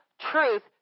truth